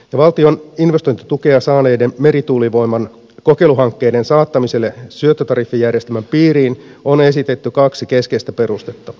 valtion investointitukea saaneiden merituulivoiman kokeiluhankkeiden saattamiselle syöttötariffijärjestelmän piiriin on esitetty kaksi keskeistä perustetta